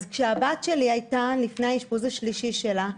כשהבת שלי הייתה לפני האשפוז השלישי שלה,